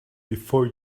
before